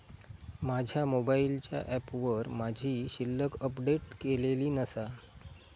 माझ्या मोबाईलच्या ऍपवर माझी शिल्लक अपडेट केलेली नसा